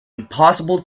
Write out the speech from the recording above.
impossible